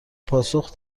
پاسخ